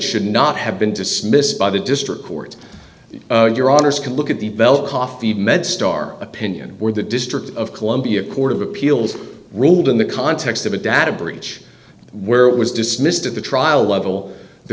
should not have been dismissed by the district courts your honour's can look at the bell coffee medstar opinion where the district of columbia court of appeals ruled in the context of a data breach where it was dismissed at the trial level the